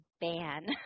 ban